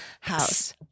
house